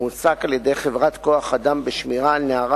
הועסק על-ידי חברת כוח-אדם בשמירה על נערה